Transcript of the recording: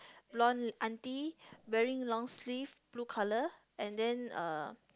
blonde aunty wearing long sleeve blue colour and then uh